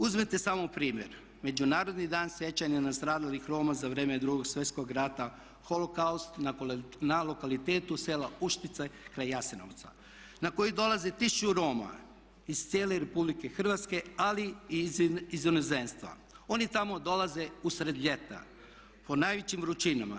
Uzmite samo u primjer Međunarodni dan sjećanje na stradale Rome za vrijeme Drugog svjetskog rata holokaust na lokalitetu sela Uštice kraj Jasenovca na koji dolaze tisuću Roma iz cijele Republike Hrvatske ali i iz inozemstva, oni tamo dolaze usred ljeta po najvećim vrućinama.